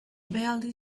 barely